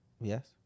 Yes